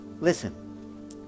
Listen